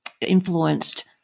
influenced